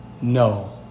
No